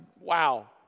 wow